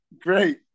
Great